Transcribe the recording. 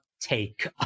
take